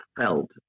felt